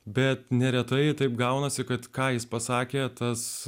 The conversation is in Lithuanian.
bet neretai taip gaunasi kad ką jis pasakė tas